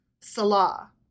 Salah